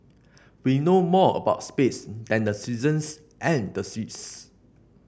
we know more about space than the seasons and the seas